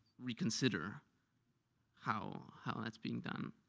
reconsider how how that's being done?